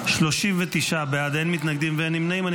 39 בעד, אין מתנגדים ואין נמנעים.